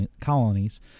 colonies